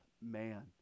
man